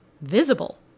visible